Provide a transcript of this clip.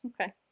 Okay